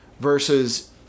versus